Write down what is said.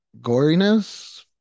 goriness